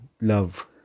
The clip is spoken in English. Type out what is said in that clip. love